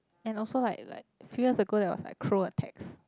and also like like few years ago they was like crow attacks